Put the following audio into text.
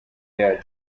year